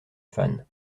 fans